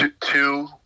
two